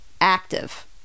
active